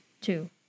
two